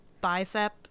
bicep